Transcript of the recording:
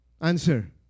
Answer